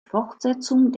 fortsetzung